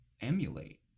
Emulate